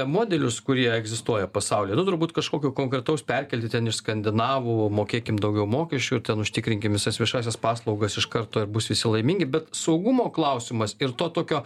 modelius kurie egzistuoja pasaulyje nu turbūt kažkokio konkretaus perkelti ten iš skandinavų mokėkim daugiau mokesčių ten užtikrinkim visas viešąsias paslaugas iš karto ir bus visi laimingi bet saugumo klausimas ir to tokio